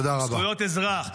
זכויות אזרח.